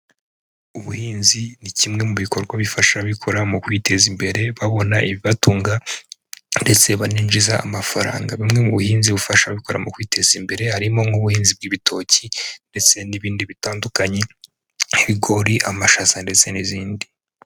Ubuhinzi ni kimwe mu bikorwa bifasha abikorera mu kwiteza imbere babona ibibatunga ndetse baninjiza amafaranga. Bumwe mu buhinzi bufasha abikorera mu kwiteza imbere harimo nk'ubuhinzi bw'ibitoki ndetse n'ibindi bitandukanye nk'ibigori, amashaza ndetse n'izindi.